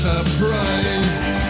Surprised